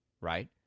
right